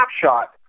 snapshot